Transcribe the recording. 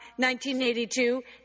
1982